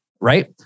right